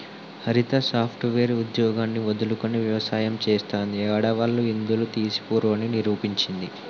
హరిత software ఉద్యోగాన్ని వదులుకొని వ్యవసాయం చెస్తాంది, ఆడవాళ్లు ఎందులో తీసిపోరు అని నిరూపించింది